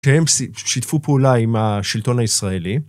שהם שיתפו פעולה עם השלטון הישראלי.